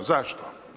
Zašto?